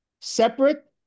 separate